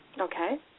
Okay